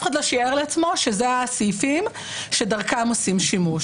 אחד לא שיער לעצמו שזה הסעיפים שדרכם עושים שימוש.